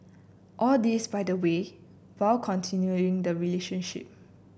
all this by the way while continuing the relationship